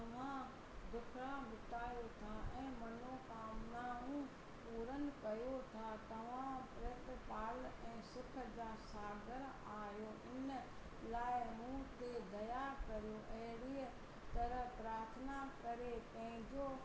तव्हां दुखड़ा मिटायो था ऐं मनोकामनाऊं पूरन कयो था तव्हां प्रतिपाल ऐं सुख जा सागर आहियो इन लाइ मूं ते दया कयो अहिड़ीअ तरह प्रार्थना करे पंहिंजो